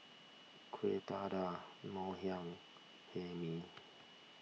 Kueh Dadar Ngoh Hiang Hae Mee